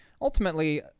ultimately